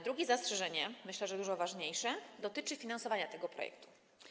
Drugie zastrzeżenie - myślę, że dużo ważniejsze - dotyczy finansowania tego projektu.